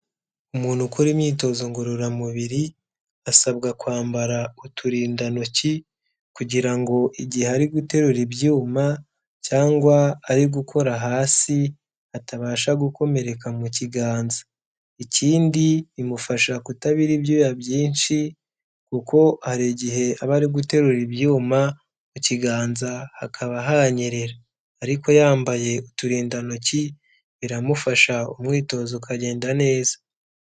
Umuntu ukora imyitozo ngororamubiri asabwa kwambara uturindantoki kugira ngo igihe ari guterura ibyuma cyangwa ari gukora hasi atabasha gukomereka mu kiganza, ikindi bimufasha kutabira ibyuya byinshi kuko hari igihe aba ari guterura ibyuma mu kiganza hakaba hanyerera ariko yambaye uturindantoki biramufasha umwitozo ukagenda neza.